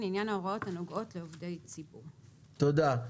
לעניין ההוראות הנוגעות לעובדי הציבור." תודה.